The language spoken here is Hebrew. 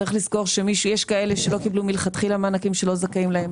צריך לזכור שיש כאלה שלא קיבלו מלכתחילה מענקים שלא זכאים להם.